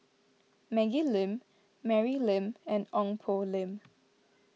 Maggie Lim Mary Lim and Ong Poh Lim